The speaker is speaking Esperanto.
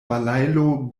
balailo